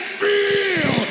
feel